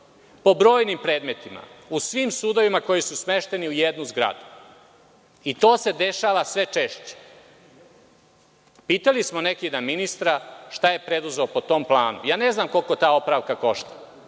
po brojnim predmetima, u svim sudovima koji su smešteni u jednu zgradu. To se dešava sve češće. Pitali smo neki dan ministra šta je preduzeo po tom planu. Ne znam koliko ta opravka košta,